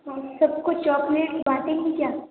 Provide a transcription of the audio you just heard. हम सब को चॉक्लेट बाटेंगे क्या